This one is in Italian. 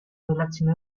relazione